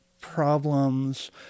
problems